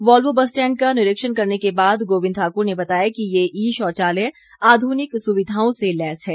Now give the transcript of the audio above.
Volvo bus stand का निरीक्षण करने के बाद गोविंद ठाकुर ने बताया कि ये ई शौचालय आधुनिक सुविधाओं से लैस है